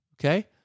okay